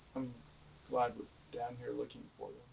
glad we're down here looking for